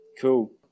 cool